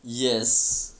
yes